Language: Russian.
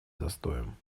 застоем